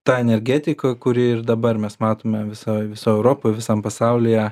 ta energetika kuri ir dabar mes matome visoj visoj europoj visam pasaulyje